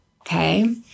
Okay